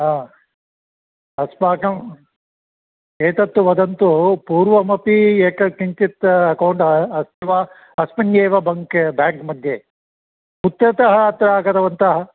हा अस्माकम् एतत्तु वदन्तु पूर्वमपि एतत् किञ्चित् अकौण्ट् अस्ति वा अस्मिन्नेव बङ्के बेङ्क् मध्ये कुत्रतः अत्र आगतवन्तः